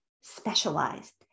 specialized